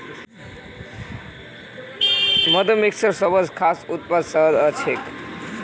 मधुमक्खिर सबस खास उत्पाद शहद ह छेक